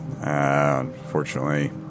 unfortunately